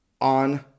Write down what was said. on